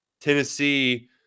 Tennessee